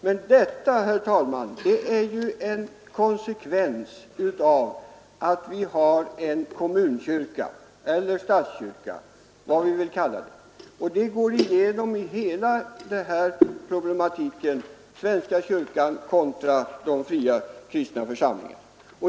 Men detta, herr talman, är ju en konsekvens av att vi har en kommunkyrka eller en statskyrka — vad vi nu vill kalla den — och det är något som går igenom hela problematiken om svenska kyrkan kontra de fria kristna samfunden.